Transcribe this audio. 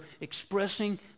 expressing